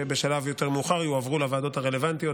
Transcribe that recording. שבשלב יותר מאוחר יועברו לוועדות הרלוונטיות,